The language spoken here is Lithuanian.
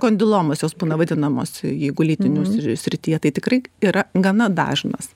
kondilomos jos būna vadinamos jeigu lytinių srityje tai tikrai yra gana dažnas